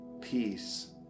peace